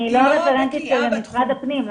אני לא הרפרנטית של משרד הפנים,